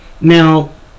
now